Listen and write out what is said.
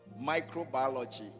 microbiology